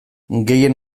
gehien